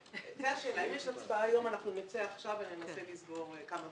אם יש הצבעה היום, אנחנו נצא עכשיו ננסה לסגור.